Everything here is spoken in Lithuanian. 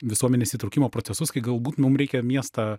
visuomenės įtraukimo procesus kai galbūt mum reikia miestą